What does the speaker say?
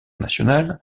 nationale